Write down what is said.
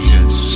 Yes